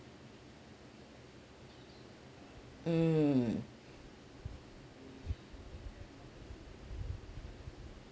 mm